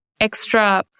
extra